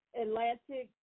Atlantic